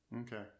Okay